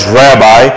rabbi